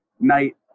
night